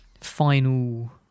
final